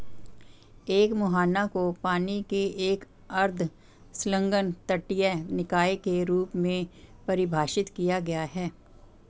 एक मुहाना को पानी के एक अर्ध संलग्न तटीय निकाय के रूप में परिभाषित किया गया है